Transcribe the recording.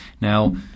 Now